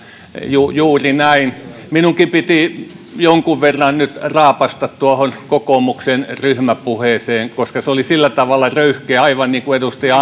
juuri juuri näin minunkin piti jonkun verran nyt raapaista tuohon kokoomuksen ryhmäpuheeseen koska se oli sillä tavalla röyhkeä aivan niin kuin edustaja